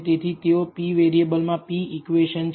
તેથી તેઓ p variable મા p ઇક્વેશન છે